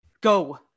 Go